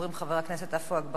חבר הכנסת עפו אגבאריה,